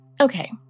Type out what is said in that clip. Okay